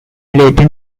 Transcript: latin